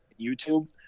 YouTube